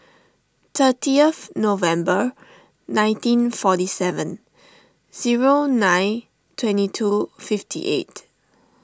thirtieth November nineteen forty seven zero nine twenty two fifty eight